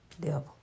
Devil